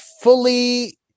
fully